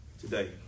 today